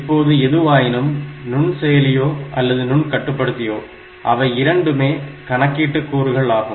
இப்போது எதுவாயினும் நுண்செயலியோ அல்லது நுண்கட்டுப்படுத்தியோ அவை இரண்டுமே கணக்கீட்டு கூறுகள் ஆகும்